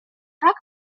tak